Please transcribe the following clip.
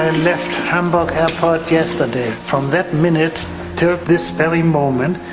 and left hamburg airport yesterday. from that minute to this very moment,